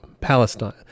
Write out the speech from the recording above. Palestine